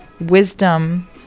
wisdom